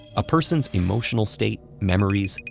a person's emotional state, memories,